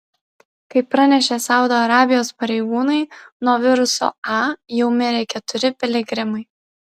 kaip pranešė saudo arabijos pareigūnai nuo viruso a jau mirė keturi piligrimai